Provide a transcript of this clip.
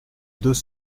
deux